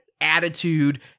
attitude